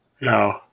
No